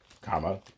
comma